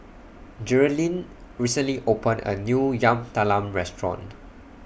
Jerilyn recently opened A New Yam Talam Restaurant